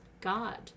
God